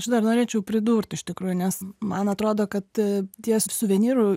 aš dar norėčiau pridurt iš tikrųjų nes man atrodo kad tie suvenyrų